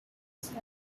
said